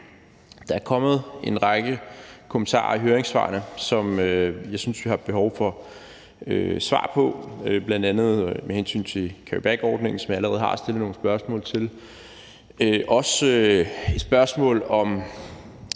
der er kommet en række kommentarer i høringssvarene, som jeg synes vi har behov for at få svar på, bl.a. med hensyn til carrybackordningen, som jeg allerede har stillet nogle spørgsmål om, og der er også et spørgsmål om,